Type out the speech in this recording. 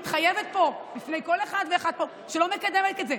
אני מתחייבת פה בפני כל אחד ואחד שאני לא מקדמת את זה.